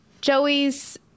Joey's